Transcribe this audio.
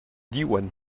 diwan